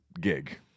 gig